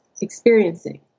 experiencing